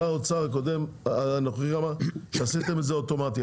שר האוצר הנוכחי אמר שעשיתם את זה אוטומטי,